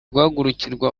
guhagurukirwa